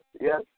Yes